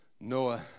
Noah